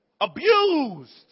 Abused